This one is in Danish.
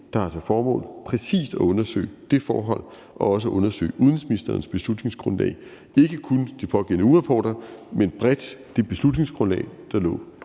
der har til formål præcis at undersøge det forhold og også undersøge udenrigsministerens beslutningsgrundlag, ikke kun de pågældende ugerapporter, men bredt det beslutningsforslag, der lå